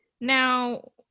Now